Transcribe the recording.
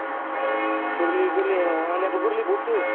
गोरलै गोरलै अ आंनाबो गोरलै बहद दङ